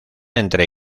entre